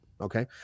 Okay